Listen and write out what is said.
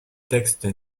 texte